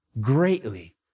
greatly